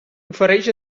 ofereix